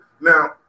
Now